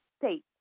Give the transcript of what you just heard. state